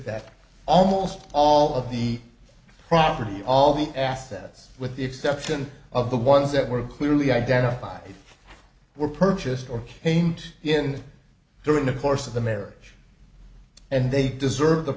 that almost all of the property all the assets with the exception of the ones that were clearly identified were purchased or came in during the course of the marriage and they deserve the